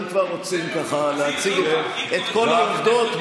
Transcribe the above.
אם כבר רוצים להציג את כל העובדות,